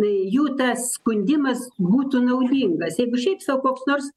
jų tas skundimas būtų naudingas jeigu šiaip sau koks nors